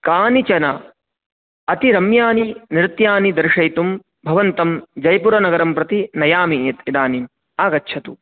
कानिचन अतिरम्यानि नृत्यानि दर्शयितुं भवन्तं जैपुरनगरं प्रति नयामि इदानीम् आगच्छतु